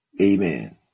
Amen